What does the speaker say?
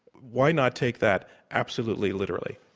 why not take that absolutely literally?